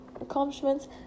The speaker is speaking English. accomplishments